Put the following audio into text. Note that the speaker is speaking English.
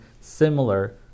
similar